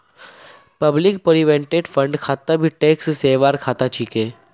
public provident fund खाता भी tax saver खाता छिके